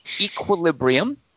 Equilibrium